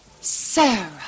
Sarah